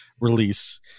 release